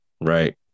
Right